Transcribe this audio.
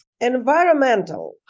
Environmental